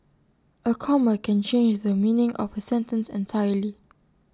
A comma can change the meaning of A sentence entirely